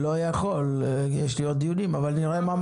אין ההחלטה להארכת תקופת הזיכיון של